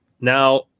Now